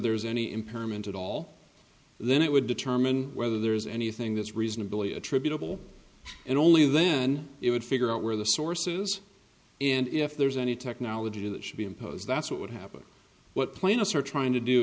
impairment at all then it would determine whether there is anything that's reasonably attributable and only then it would figure out where the sources and if there's any technology that should be imposed that's what would happen what plaintiffs are trying to do